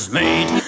made